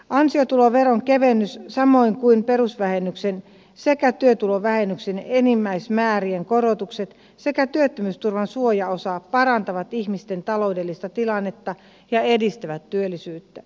ansiotuloveron kevennys samoin kuin perusvähennyksen sekä työtulovähennyksen enimmäismäärien korotukset sekä työttömyysturvan suojaosa parantavat ihmisten taloudellista tilannetta ja edistävät työllisyyttä